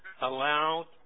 Allowed